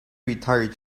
retired